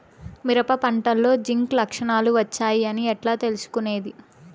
మిరప పంటలో జింక్ లక్షణాలు వచ్చాయి అని ఎట్లా తెలుసుకొనేది?